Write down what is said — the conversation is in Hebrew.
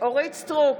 אורית מלכה סטרוק,